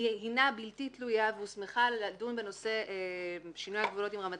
הינה בלתי תלויה והוסמכה לדון בנושא שינוי הגבולות עם רמת